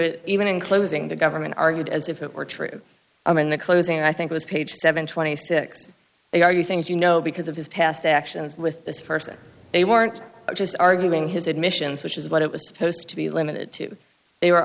it even in closing the government argued as if it were true i mean the closing i think was page seven hundred and twenty six they argue things you know because of his past actions with this person they weren't just arguing his admissions which is what it was supposed to be limited to they were